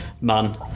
man